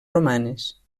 romanes